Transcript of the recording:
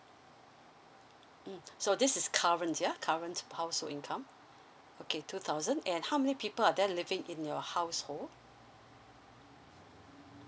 mm so this is current ya current household income okay two thousand and how many people are there living in your household